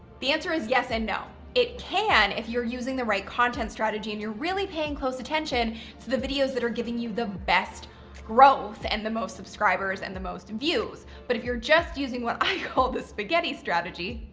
the answer is yes and no it can if you're using the right content strategy and you're really paying close attention to the videos that are giving you the best growth and the most subscribers and the most views. but if you're just using what i call the spaghetti strategy,